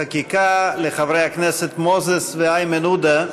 חברי הכנסת מוזס ואיימן עודה,